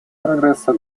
прогресса